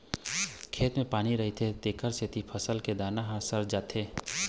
खेत म पानी रहिथे तेखर सेती फसल के दाना ह सर जाथे